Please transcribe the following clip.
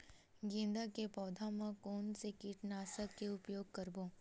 गेंदा के पौधा म कोन से कीटनाशक के उपयोग करबो?